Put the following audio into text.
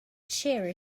cherry